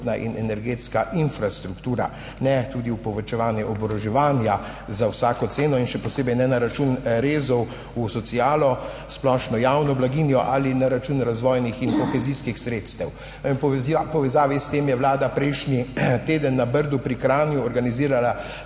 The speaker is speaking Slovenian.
in energetska infrastruktura. Ne tudi v povečevanje oboroževanja za vsako ceno in še posebej ne na račun rezov v socialo, splošno javno blaginjo ali na račun razvojnih in kohezijskih sredstev. V povezavi s tem je vlada prejšnji teden na Brdu pri Kranju organizirala